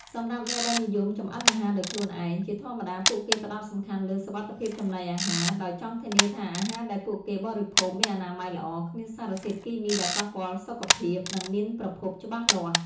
សម្រាប់អ្នកដែលនិយមចម្អិនអាហារដោយខ្លួនឯង ជាធម្មតាពួកគេផ្ដោតសំខាន់លើ សុវត្ថិភាពចំណីអាហារ ដោយចង់ធានាថាអាហារដែលពួកគេបរិភោគមានអនាម័យល្អ គ្មានសារធាតុគីមីដែលប៉ះពាល់សុខភាព និងមានប្រភពច្បាស់លាស់។